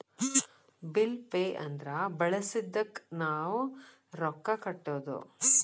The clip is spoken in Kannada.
ಬಿಲ್ ಪೆ ಅಂದ್ರ ಬಳಸಿದ್ದಕ್ಕ್ ನಾವ್ ರೊಕ್ಕಾ ಕಟ್ಟೋದು